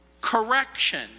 correction